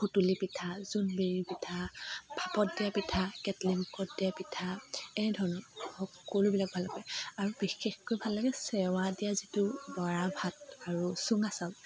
সুটুলি পিঠা জোনবিৰি পিঠা ভাপত দিয়া পিঠা কেটলি মুখত দিয়া পিঠা এনেধৰণৰ সকলোবিলাক ভাল পাই আৰু বিশেষকৈ ভাল লাগে চেৱাত দিয়া যিটো বৰা ভাত আৰু চুঙা চাউল